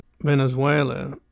Venezuela